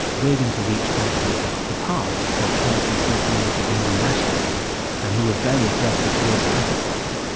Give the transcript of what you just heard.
we're going to reach back into the past for characters who promoted hindu nationalism and who were very aggressive towards pakistan.